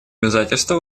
обязательства